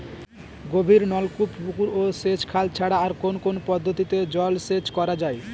গভীরনলকূপ পুকুর ও সেচখাল ছাড়া আর কোন কোন পদ্ধতিতে জলসেচ করা যায়?